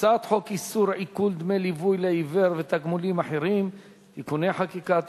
:הצעת חוק איסור עיקול דמי ליווי לעיוור ותגמולים אחרים (תיקוני חקיקה),